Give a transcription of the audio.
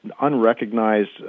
unrecognized